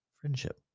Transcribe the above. friendship